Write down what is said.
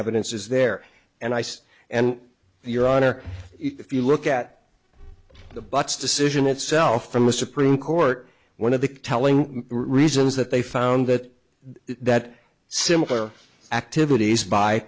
evidence is there and ice and your honor if you look at the butts decision itself from the supreme court one of the telling reasons that they found that that similar activities by